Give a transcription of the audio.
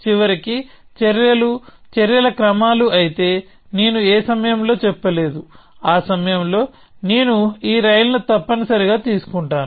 చివరికి చర్యలు చర్యల క్రమాలు అయితే నేను ఏ సమయంలో చెప్పలేదు ఆ సమయంలో నేను ఈ రైలును తప్పనిసరిగా తీసుకుంటాను